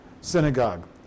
synagogue